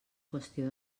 qüestió